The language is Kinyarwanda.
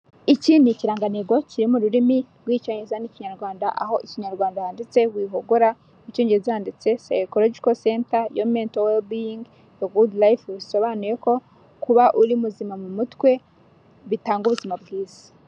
Iki ni ikirangantego kiri mu rurimi rw'icyongereza n'ikinyarwanda aho ikinyarwanda handitse wihogora mu cyongereza handitse sayikorojyikoseta yuwameto werebeyingi foru gudu rayifu ,bisobanuye ko kuba uri muzima mu mutwe bitanga ubuzima bwiza.